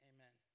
Amen